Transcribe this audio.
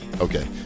Okay